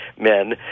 men